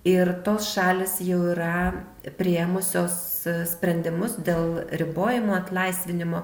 ir tos šalys jau yra priėmusios sprendimus dėl ribojimų atlaisvinimo